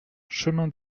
chemin